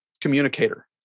communicator